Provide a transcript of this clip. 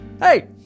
Hey